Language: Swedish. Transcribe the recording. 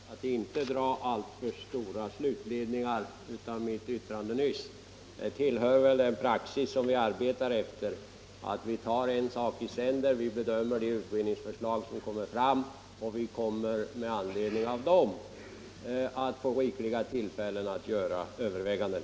Herr talman! Jag skulle vilja rekommendera herr Stig Gustafsson att inte dra alltför långtgående slutsatser av mitt yttrande nyss. Det tillhör väl den praxis som vi arbetar efter att vi tar en sak i sänder. Vi bedömer de utredningsförslag som läggs fram, och vi kommer här att med anledning av sådana förslag få rikliga tillfällen att göra överväganden.